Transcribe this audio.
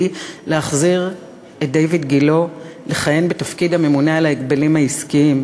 היא להחזיר את דיויד גילה לכהן בתפקיד הממונה על ההגבלים העסקיים.